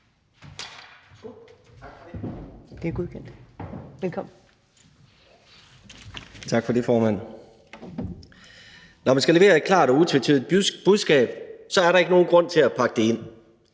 Når man skal levere et klart og utvetydigt budskab, er der ikke nogen grund til at pakke det ind.